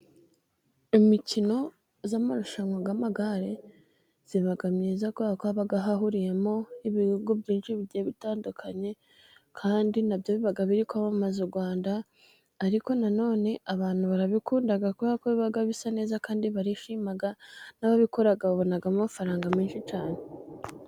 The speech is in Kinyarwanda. Imikino y'amarushanwa y'amagare iba myiza kuko haba hahuriyemo ibihugu byinshi bigiye bitandukanye kandi nabyo biba biri kwamamaza u Rwanda, ariko nanone abantu barabikunda kubera ko biba bisa neza kandi barishima n'ababikora babonamo amafaranga menshi cyane.